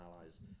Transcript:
allies